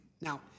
Now